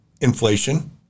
Inflation